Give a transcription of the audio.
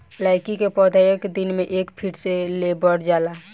लैकी के पौधा एक दिन मे एक फिट ले बढ़ जाला